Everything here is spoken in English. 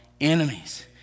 enemies